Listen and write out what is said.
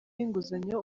inguzanyo